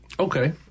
Okay